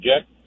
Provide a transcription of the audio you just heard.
Jack